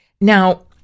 Now